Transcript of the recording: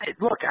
look